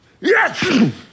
Yes